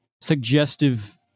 suggestive